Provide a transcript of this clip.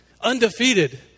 undefeated